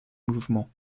mouvements